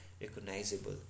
recognizable